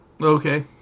Okay